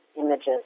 images